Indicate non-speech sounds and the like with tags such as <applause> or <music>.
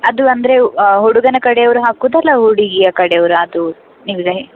ಅದು ಅಂದರೆ ಹುಡುಗನ ಕಡೆಯವ್ರು ಹಾಕುದಾ ಅಲ್ಲ ಹುಡುಗಿಯ ಕಡೆಯವರ ಅದು <unintelligible>